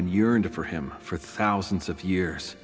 in yearned for him for thousands of years